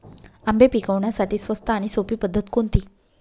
आंबे पिकवण्यासाठी स्वस्त आणि सोपी पद्धत कोणती?